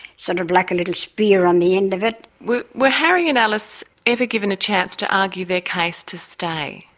sort of like a little spear on the end of it. where where harry and alice ever given a chance to argue their case to stay?